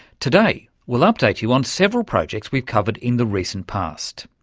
today we'll update you on several projects we've covered in the recent past.